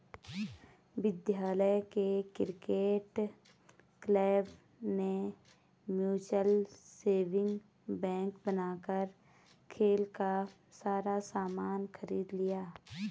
विद्यालय के cricket club ने म्यूचल सेविंग बैंक बनाकर खेल का सारा सामान खरीद लिया